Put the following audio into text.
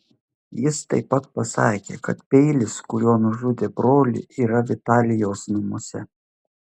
jis taip pat pasakė kad peilis kuriuo nužudė brolį yra vitalijaus namuose